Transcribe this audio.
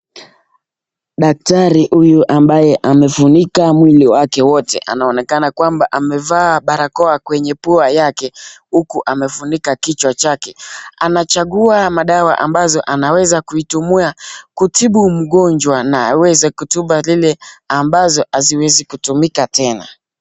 Daktari huyu ambaye amefunika mwili wake wote ,anaonekana kwamba amevaa barakoa kwenye pua yake huku amefunika kichwa chake ,anachagua madawa ambazo anaweza kuitumia kutibu mgonjwa na aweze kutupa zile ambazo haziwezi kutumika tena.